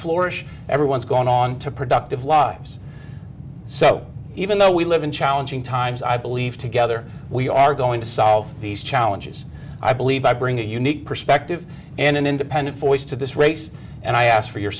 florida everyone's gone on to productive lives so even though we live in challenging times i believe together we are going to solve these challenges i believe i bring a unique perspective and an independent voice to this race and i ask for your